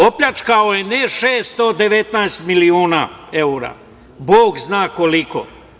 Opljačkao je ne 619 miliona evra, Bog zna koliko.